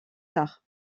tard